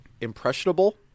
impressionable